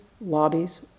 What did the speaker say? lobbies